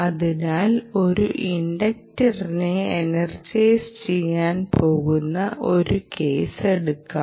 അതിനാൽ ഒരു ഇൻഡക്റ്ററിനെ എനർജൈസ് ചെയ്യാൻ പോകുന്ന ഒരു കേസ് എടുക്കാം